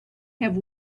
have